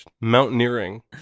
Mountaineering